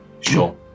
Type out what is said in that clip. Sure